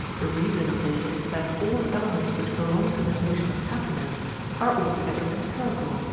the reason of this is that all the elements which belong to the notion of happiness are altogether empirical,